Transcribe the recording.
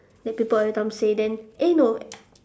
like people every time say then eh no